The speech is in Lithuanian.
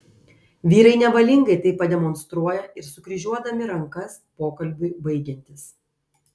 vyrai nevalingai tai pademonstruoja ir sukryžiuodami rankas pokalbiui baigiantis